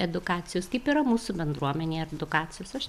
edukacijos kaip yra mūsų bendruomenei edukacijos aš